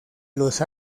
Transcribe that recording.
los